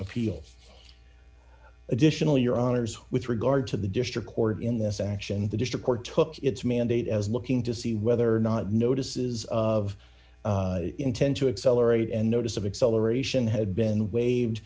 appeals additionally your honors with regard to the district court in this action the district court took its mandate as looking to see whether or not notices of intent to accelerate and notice of acceleration had been waived